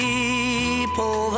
People